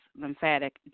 lymphatic